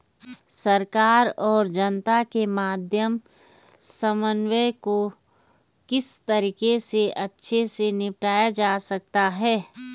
सरकार और जनता के मध्य समन्वय को किस तरीके से अच्छे से निपटाया जा सकता है?